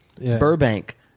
Burbank